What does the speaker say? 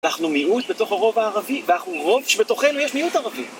אנחנו מיעוט בתוך הרוב הערבי, ואנחנו רוב שבתוכנו יש מיעוט ערבי.